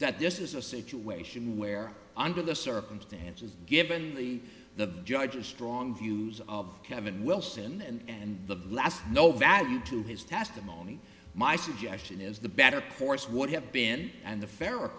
that this is a situation where under the circumstances given the judge a strong view of kevin wilson and the last no value to his testimony my suggestion is the better course would have been and the fe